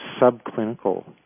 subclinical